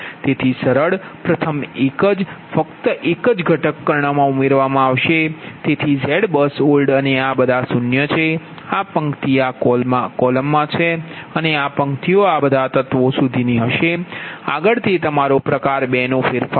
તેથી સરળ પ્રથમ એક જ ફક્ત 1 જ ઘટકકર્ણમાં ઉમેરવામાં આવશે તેથી ZBUSOLD અને આ બધા 0 છે આ પંક્તિ આ કોલમ આ છે અને આ પંક્તિઓ આ બધા તત્વો સુધીની હશે આગળ તે તમારો પ્રકાર 2નો ફેરફાર છે